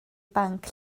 banc